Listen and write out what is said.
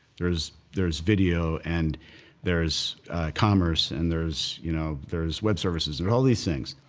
there's. there's video, and there's commerce, and there's, you know, there's web services there are all these things.